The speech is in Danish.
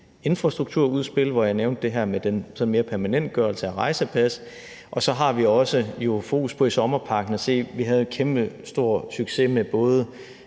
infrastrukturudspil, hvor jeg nævnte det her med sådan mere permanentgørelse af rejsepas. Og så har vi jo også i sommerpakken et fokus på at se på, at vi jo havde kæmpestor succes med,